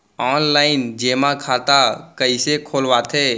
Online जेमा खाता कइसे खोलवाथे?